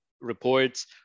reports